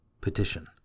Petition